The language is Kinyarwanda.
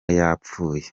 yapfuye